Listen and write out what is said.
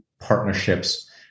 partnerships